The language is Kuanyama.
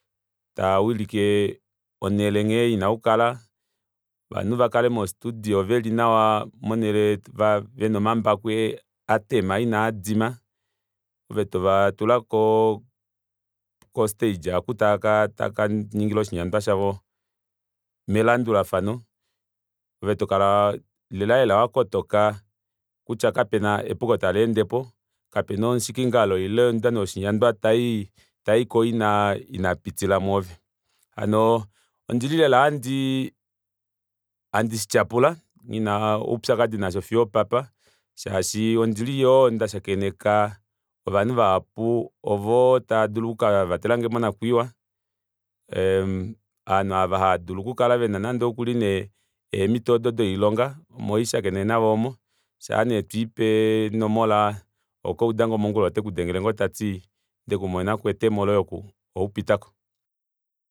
Tawilike onele nghene ina okukala ovanhu vakale veli mo studio veli nawa vena omambako atema inaadima ove tovatula ko stage oku tava kaningila oshinyandwa shavo melandulafano ove tokala lela lela wakotoka kutya kapena epuko taleendepo kapena omushikingalo ile omudani woshinyandwa tayi tayiko inapitila mwoove hano ondili lela handii handi shityapula nghina oupyakadi nasho fiyo opapa shaashi ondili yoo ndashakeneka ovanhu vahapu ovo tava dulu okuka vatelange monakwiiwa ovanhu ava haadulu okukala vena nande eemito doilonga omo handi shakene navo omo shaane twiipe eenomola ohokauda ngoo mongula teku dengele ongodi tati ndeku monenako etemo loye oku oupitako